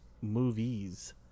movies